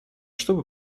чтобы